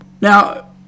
Now